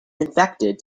infected